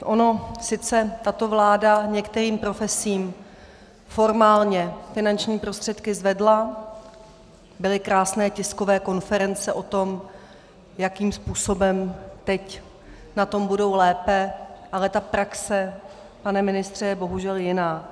Ona sice tato vláda některým profesím formálně finanční prostředky zvedla, byly krásné tiskové konference o tom, jakým způsobem teď na tom budou lépe, ale ta praxe, pane ministře, je bohužel jiná.